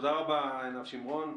תודה רבה, עינב שמרון.